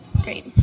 Great